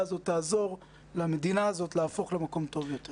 הזאת תעזור למדינה הזאת להפוך למקום טוב יותר.